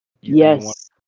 Yes